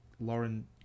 Lauren